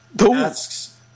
Asks